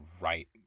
right